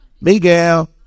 Miguel